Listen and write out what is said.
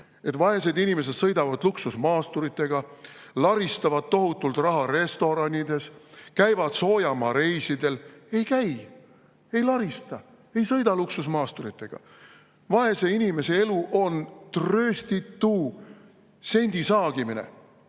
et vaesed inimesed sõidavad luksusmaasturitega, laristavad tohutult raha restoranides ja käivad soojamaareisidel. Ei käi. Ei larista. Ei sõida luksusmaasturitega. Vaese inimese elu on trööstitu sendisaagimine